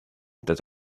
that